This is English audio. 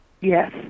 yes